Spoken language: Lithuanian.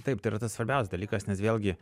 taip tai yra tas svarbiausias dalykas nes vėlgi